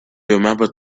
remembered